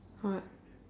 what